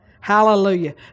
Hallelujah